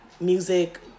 music